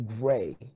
gray